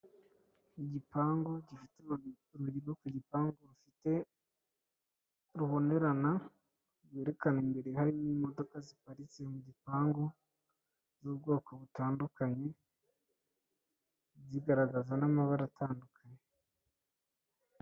Igipangu gifite urugi rwo ku gipangu rufite rubonerana rwerekana imbere harimo imodoka ziparitse mu gipangu z'ubwoko butandukanye zigaragaza n'amabara atandukanye.